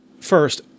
first